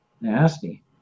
Nasty